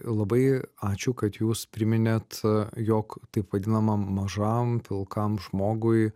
labai ačiū kad jūs priminėt jog taip vadinamam mažam pilkam žmogui